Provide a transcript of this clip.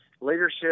Leadership